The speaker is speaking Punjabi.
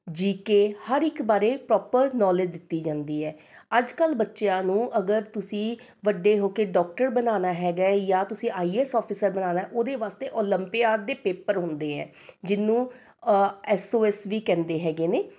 ਜੀ ਕੇ ਹਰ ਇੱਕ ਬਾਰੇ ਪਰੋਪਰ ਨੋਲੇਜ਼ ਦਿੱਤੀ ਜਾਂਦੀ ਹੈ ਅੱਜ ਕੱਲ੍ਹ ਬੱਚਿਆਂ ਨੂੰ ਅਗਰ ਤੁਸੀਂ ਵੱਡੇ ਹੋ ਕੇ ਡੋਕਟਰ ਬਣਾਉਣਾ ਹੈਗਾ ਜਾਂ ਤੁਸੀਂ ਆਈ ਐਸ ਔਫਿਸਰ ਬਣਾਉਣਾ ਹੈ ਉਹਦੇ ਵਾਸਤੇ ਓਲੰਪੀਆਡ ਦੇ ਪੇਪਰ ਹੁੰਦੇ ਹੈ ਜਿਹਨੂੰ ਐਸ ਓ ਐਸ ਵੀ ਕਹਿੰਦੇ ਹੈਗੇ ਨੇ